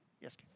Yes